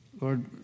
Lord